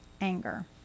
anger